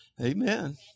Amen